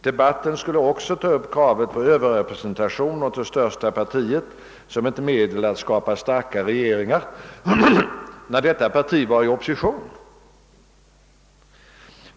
Debatten skulle också ta upp kravet på Ööverrepresentation åt det största partiet som ett medel att skapa starka regeringar även när detta parti var i opposition.